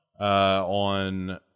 on